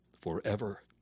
forever